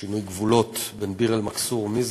שינוי גבולות בין ביר-אלמכסור ומשגב,